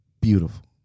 beautiful